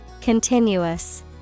Continuous